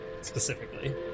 specifically